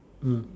mm